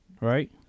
right